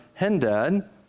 Hendad